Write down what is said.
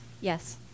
Yes